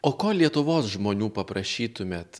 o ko lietuvos žmonių paprašytumėt